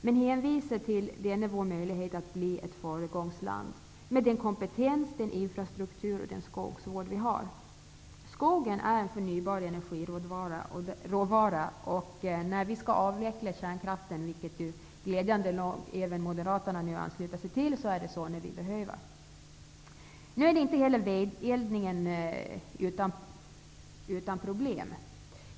Jag hänvisar bara till vår möjlighet att i det här avseendet bli ett föregångsland med tanke på den kompetens, infrastruktur och den skogsvård som vi har. Skogen är en förnybar energiråvara. När kärnkraften skall avvecklas, vilket glädjande nog nu även Moderaterna ansluter sig till, kommer vi att behöva skogen. Men vedeldningen är inte helt utan problem.